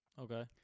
Okay